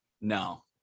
No